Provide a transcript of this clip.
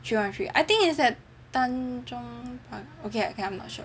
three one three I think is at Tanjong Pagar okay okay I'm not sure